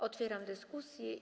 Otwieram dyskusję.